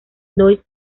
lois